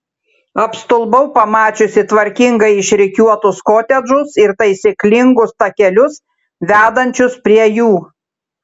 apstulbau pamačiusi tvarkingai išrikiuotus kotedžus ir taisyklingus takelius vedančius prie jų